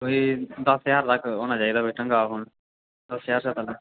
कोई दस ज्हार तक होना चाहिदा कोई ढंगा दा फोन दस ज्हार तक